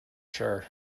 sure